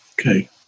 Okay